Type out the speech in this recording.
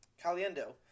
Caliendo